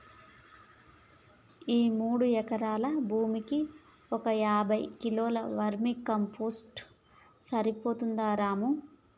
ఈ మూడు ఎకరాల భూమికి ఒక యాభై కిలోల వర్మీ కంపోస్ట్ సరిపోతుందా రాము